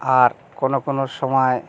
আর কোনও কোনও সময়